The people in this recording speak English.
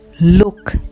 Look